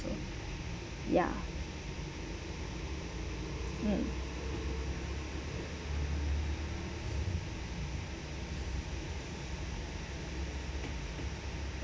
ya mm